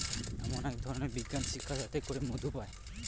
এমন এক ধরনের বিজ্ঞান শিক্ষা যাতে করে মধু পায়